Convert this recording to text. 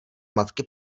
matky